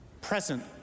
Present